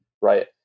Right